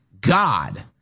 God